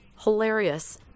hilarious